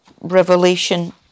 Revelation